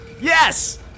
Yes